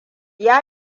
ya